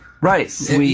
Right